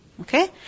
Okay